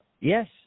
Yes